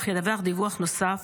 אך ידווח דיווח נוסף